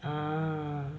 uh